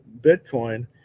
Bitcoin